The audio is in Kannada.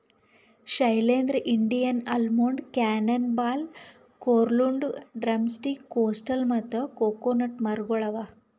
Shailendra, Indian almond, cannon ball, coralwood, drumstick, coastal ಮತ್ತ ಕೊಕೊನಟ್ ಮರಗೊಳ್ ಅವಾ